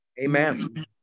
amen